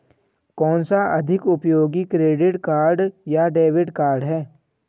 कौनसा अधिक उपयोगी क्रेडिट कार्ड या डेबिट कार्ड है?